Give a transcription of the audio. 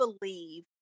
believe